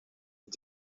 est